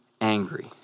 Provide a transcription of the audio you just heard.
angry